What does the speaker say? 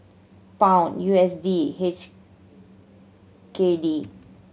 Pound U S D H K D